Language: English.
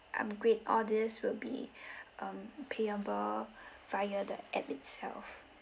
upgrade all this will be um payable via the app itself